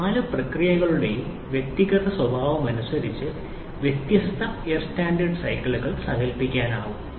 ഈ നാല് പ്രക്രിയകളുടെയും വ്യക്തിഗത സ്വഭാവമനുസരിച്ച് വ്യത്യസ്ത എയർ സ്റ്റാൻഡേർഡ് സൈക്കിളുകൾ സങ്കൽപ്പിക്കാനാകും